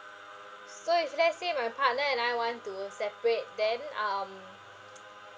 so if let's say my partner and I want separate then um